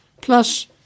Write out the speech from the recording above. plus